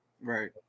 Right